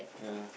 yeah